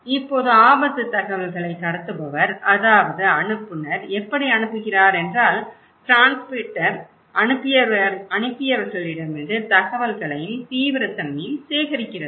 இப்போது ஆபத்து தகவல்களை கடத்துபவர் அதாவது அனுப்புநர் எப்படி அனுப்புகிறார் என்றால் டிரான்ஸ்மிட்டர் அனுப்பியவர்களிடமிருந்து தகவல்களையும் தீவிரத்தன்மையையும் சேகரிக்கிறது